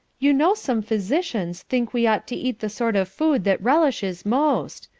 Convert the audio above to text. you know some physicians think we ought to eat the sort of food that relishes most.